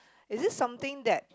is this something that